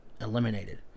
eliminated